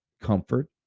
comfort